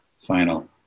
final